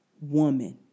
woman